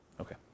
Okay